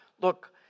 Look